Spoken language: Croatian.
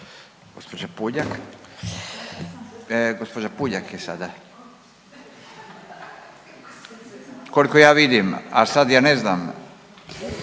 Gđa. Puljak je sada. Koliko ja vidim, a sad, ja ne znam.